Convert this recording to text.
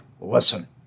listen